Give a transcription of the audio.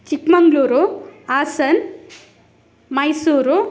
Chikmagalur Hassan Mysuru